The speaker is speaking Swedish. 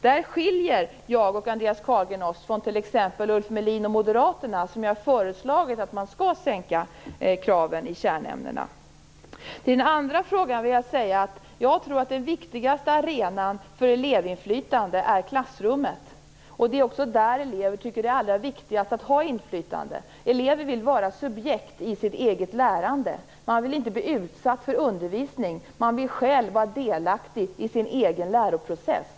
Där skiljer jag och Andreas Carlgren oss från t.ex. Ulf Melin och Moderaterna, som ju har föreslagit att man skall sänka kraven i kärnämnena. Vad gäller den andra frågan vill jag säga att jag tror att den viktigaste arenan för elevinflytande är klassrummet. Det är också där eleverna tycker att det är allra viktigast att ha inflytande. Elever vill vara subjekt i sitt eget lärande. De vill inte bli utsatta för undervisning. De vill själva vara delaktiga i sin egen läroprocess.